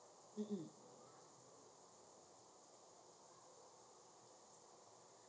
um um